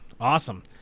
awesome